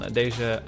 deze